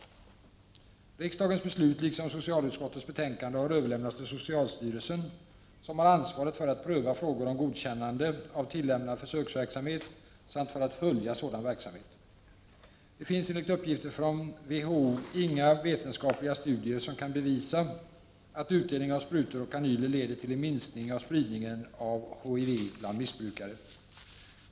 Riksdagens beslut liksom socialutskottets betänkande har överlämnats till socialstyrelsen, som har ansvaret för att pröva frågor om godkännande av tillämnad försöksverksamhet samt för att följa sådan verksamhet. Det finns enligt uppgifter från WHO inga vetenskapliga studier som kan bevisa att utdelning av sprutor och kanyler leder till en minskning av spridningen av HIV bland missbrukare.